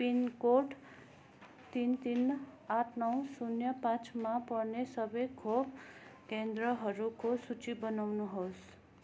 pin code तिन तिन आठ नौ शून्य पाँचमा पर्ने सबै खोप केन्द्रहरूको सूची बनाउनुहोस्